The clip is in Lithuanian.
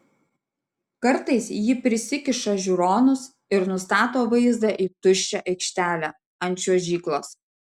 kartais ji prisikiša žiūronus ir nustato vaizdą į tuščią aikštelę ant čiuožyklos